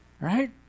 Right